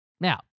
Now